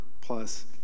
plus